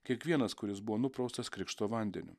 kiekvienas kuris buvo nupraustas krikšto vandeniu